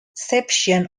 inception